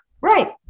right